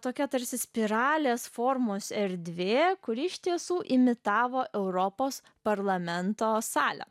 tokia tarsi spiralės formos erdvė kuri iš tiesų imitavo europos parlamento salę